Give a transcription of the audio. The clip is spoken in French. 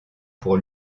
pour